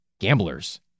gamblers